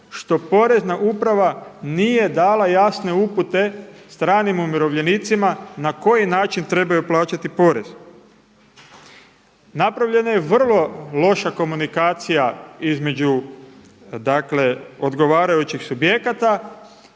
što porezna uprava nije dala jasne upute stranim umirovljenicima na koji način trebaju plaćati porez. Napravljena je vrlo loša komunikacija između dakle odgovarajućih subjekata.